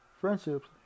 friendships